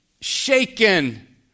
shaken